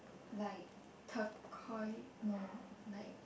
like turquoise no like